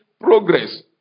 progress